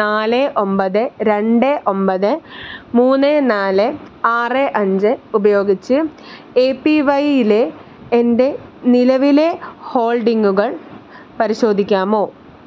നാല് ഒമ്പത് രണ്ട് ഒമ്പത് മൂന്ന് നാല് ആറ് അഞ്ച് ഉപയോഗിച്ച് എ പി വൈ യിലെ എൻ്റെ നിലവിലെ ഹോൾഡിംഗുകൾ പരിശോധിക്കാമോ